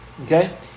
Okay